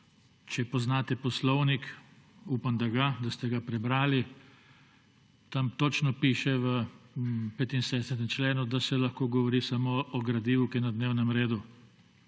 če poznate poslovnik – upam, da ga, da ste ga prebrali – tam točno piše v 75. členu, da se lahko govori samo o gradivu, ki je na dnevnem redu.